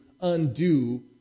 undo